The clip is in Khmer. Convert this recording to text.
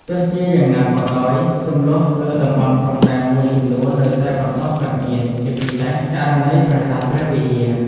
ទោះជាយ៉ាងណាក៏ដោយ ជម្លោះលើតំបន់ព្រំដែនមួយចំនួននៅតែបន្តកើតមាន ជាពិសេសករណី ប្រាសាទព្រះវិហារ។